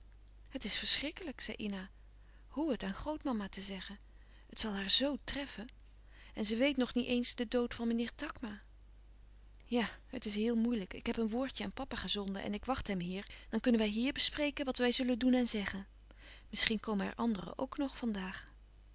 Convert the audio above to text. het is verschrikkelijk zei ina hoe het aan grootmama te zeggen het zal haar zoo treffen en ze weet nog niet eens de dood van meneer takma ja het is heel moeilijk ik heb een woordje aan papa gezonden en ik wacht hem hier dan kunnen wij hier bespreken wat wij zullen doen en zeggen misschien komen er anderen ook nog